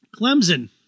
Clemson